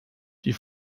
die